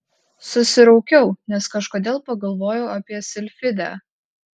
susiraukiau nes kažkodėl pagalvojau apie silfidę